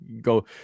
go